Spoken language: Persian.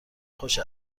خوش